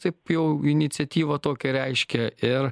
taip jau iniciatyvą tokią reiškia ir